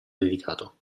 dedicato